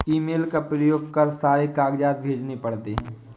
email का प्रयोग कर सारे कागजात भेजने पड़ते हैं